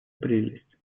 прелесть